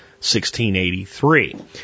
1683